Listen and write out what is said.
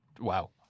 wow